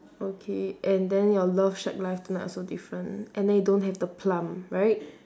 okay and then your love shack live tonight also different and then you don't have the plum right